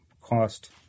cost